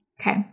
okay